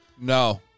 No